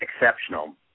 exceptional